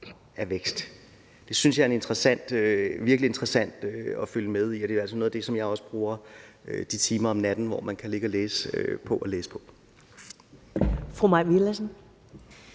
af vækst? Det synes jeg virkelig er interessant at følge med i, og det er altså noget af det, som jeg bruger timer om natten, hvor man kan ligge og læse, på at læse om.